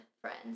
friends